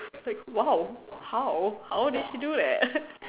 like !wow! how how did you do that